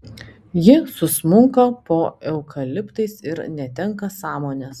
ji susmunka po eukaliptais ir netenka sąmonės